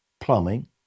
plumbing